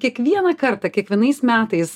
kiekvieną kartą kiekvienais metais